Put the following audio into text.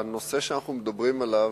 הנושא שאנחנו מדברים עליו,